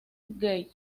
gate